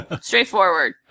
straightforward